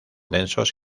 densos